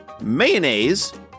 mayonnaise